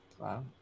Wow